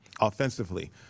offensively